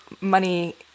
Money